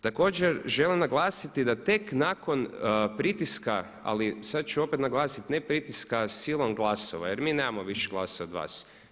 Također želim naglasiti da tek nakon pritiska, ali sad ću opet naglasiti, ne pritiska silom glasova, jer mi nemamo više glasova od vas.